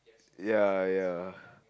ya ya